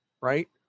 right